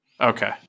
Okay